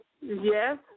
Yes